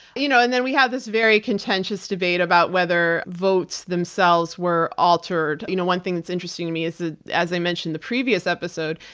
you know and then we had this very contentious debate about whether votes themselves were altered. you know, one thing that's interesting to me is that as i mentioned in the previous episode,